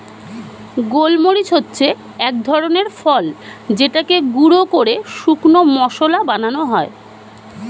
গোলমরিচ হচ্ছে এক ধরনের ফল যেটাকে গুঁড়ো করে শুকনো মসলা বানানো হয়